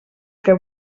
que